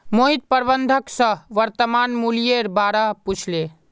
मोहित प्रबंधक स वर्तमान मूलयेर बा र पूछले